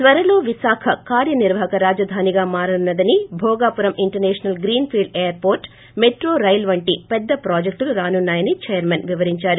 త్వరలో విశాఖ కార్యనిర్వాహక రాజధానిగా మారనున్న దని Bhogapuram international greenfield airport metro rail వంటి పెద్ద ప్రొజెక్టులు రానున్నాయని చైర్మన్ వివరిందారు